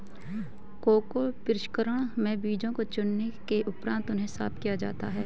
cocoa प्रसंस्करण में बीजों को चुनने के उपरांत उन्हें साफ किया जाता है